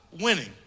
winning